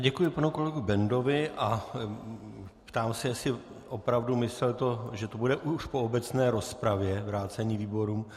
Děkuji panu kolegovi Bendovi a ptám se, jestli opravdu myslel to, že to bude už po obecné rozpravě, vrácení výborům.